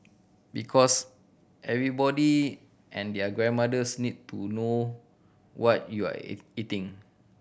because everybody and their grandmothers need to know what you are eating